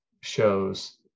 shows